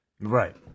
Right